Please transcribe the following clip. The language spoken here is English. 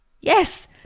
Yes